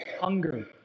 hunger